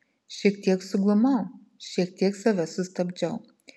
šiek tiek suglumau šiek tiek save sustabdžiau